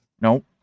Nope